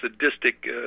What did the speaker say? sadistic